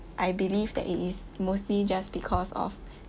I believe that it is mostly just because of